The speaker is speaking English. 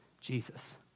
Jesus